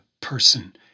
person